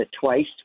twice